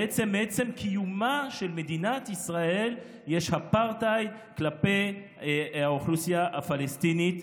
מעצם קיומה של מדינת ישראל יש אפרטהייד כלפי האוכלוסייה הפלסטינית,